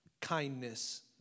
kindness